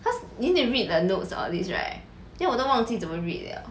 cause you need to read the notes all these right then 我都忘记怎么 read 了